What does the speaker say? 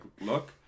look